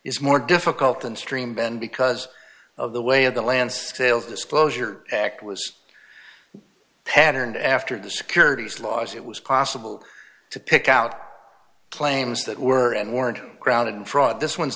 is more difficult than stream ben because of the way of the lance scales disclosure act was patterned after the securities laws it was possible to pick out claims that were at war and grounded in fraud this one